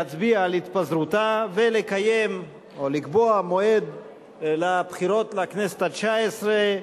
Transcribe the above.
להצביע על התפזרותה ולקיים או לקבוע מועד לבחירות לכנסת התשע-עשרה,